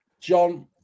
John